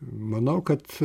manau kad